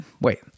Wait